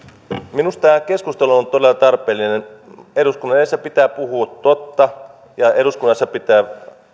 minusta tämä keskustelu on todella tarpeellinen eduskunnan edessä pitää puhua totta ja eduskunnassa pitää